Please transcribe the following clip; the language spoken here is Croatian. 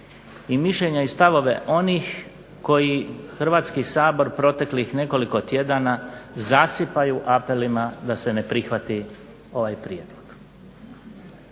i mišljenja i stavove onih koji Hrvatski sabor proteklih nekoliko tjedana zasipaju apelima da se ne prihvati ovaj prijedlog.